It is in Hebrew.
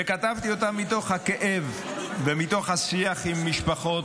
וכתבתי אותה מתוך הכאב ומתוך השיח עם משפחות